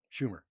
Schumer